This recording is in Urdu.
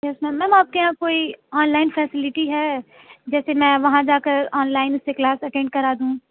یس میم میم آپ کے یہاں کوئی آن لائن فیسیلٹی ہے جیسے میں وہاں جا کر آن لائن سے کلاس اٹینڈ کرا دوں